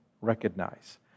recognize